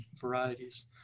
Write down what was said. varieties